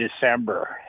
December